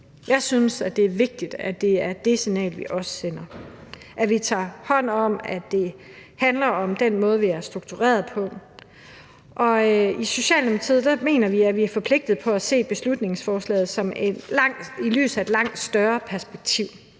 Jeg synes, at det er vigtigt, at det er det signal, vi også sender, og at vi tager hånd om, at det handler om den måde, vi er struktureret på. I Socialdemokratiet mener vi, at vi er forpligtede på at se beslutningsforslaget i lyset af et langt større perspektiv,